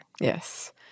Yes